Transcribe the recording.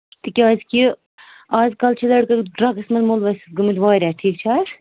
تِکیٛازکہِ آز کَل چھِ لٔڑکہٕ ڈرٛگٕس منٛز مُلوَث گٔمٕتۍ واریاہ ٹھیٖک چھِ حظ